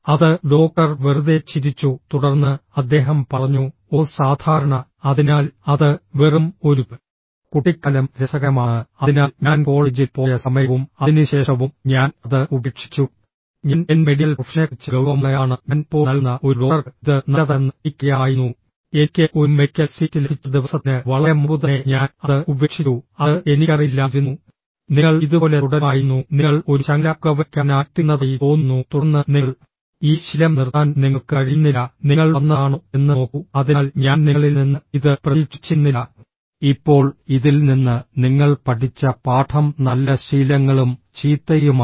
അത് ഡോക്ടർ വെറുതെ ചിരിച്ചു തുടർന്ന് അദ്ദേഹം പറഞ്ഞു ഓ സാധാരണ അതിനാൽ അത് വെറും ഒരു കുട്ടിക്കാലം രസകരമാണ് അതിനാൽ ഞാൻ കോളേജിൽ പോയ സമയവും അതിനുശേഷവും ഞാൻ അത് ഉപേക്ഷിച്ചു ഞാൻ എന്റെ മെഡിക്കൽ പ്രൊഫഷനെക്കുറിച്ച് ഗൌരവമുള്ളയാളാണ് ഞാൻ ഇപ്പോൾ നൽകുന്ന ഒരു ഡോക്ടർക്ക് ഇത് നല്ലതല്ലെന്ന് എനിക്കറിയാമായിരുന്നു എനിക്ക് ഒരു മെഡിക്കൽ സീറ്റ് ലഭിച്ച ദിവസത്തിന് വളരെ മുമ്പുതന്നെ ഞാൻ അത് ഉപേക്ഷിച്ചു അത് എനിക്കറിയില്ലായിരുന്നു നിങ്ങൾ ഇതുപോലെ തുടരുമായിരുന്നു നിങ്ങൾ ഒരു ചങ്ങല പുകവലിക്കാരനായിത്തീർന്നതായി തോന്നുന്നു തുടർന്ന് നിങ്ങൾ ഈ ശീലം നിർത്താൻ നിങ്ങൾക്ക് കഴിയുന്നില്ല നിങ്ങൾ വന്നതാണോ എന്ന് നോക്കൂ അതിനാൽ ഞാൻ നിങ്ങളിൽ നിന്ന് ഇത് പ്രതീക്ഷിച്ചിരുന്നില്ല ഇപ്പോൾ ഇതിൽ നിന്ന് നിങ്ങൾ പഠിച്ച പാഠം നല്ല ശീലങ്ങളും ചീത്തയുമാണ്